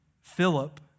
Philip